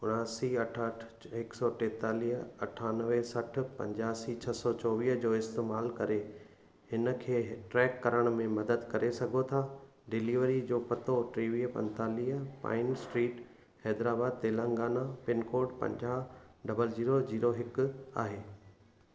उनियासी अठ अठ हिकु सौ टेतालीह अठानवे सठि पंजासी छह सौ चोवीह जो इस्तेमालु करे हिन खे हे ट्रैक करण में मदद करे सघो था डिलीवरी जो पतो टेवीह पंतालीह pine street Hyderabad Telangana pincode पंजाहु डबल ज़ीरो ज़ीरो हिकु आहे